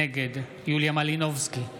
נגד יוליה מלינובסקי,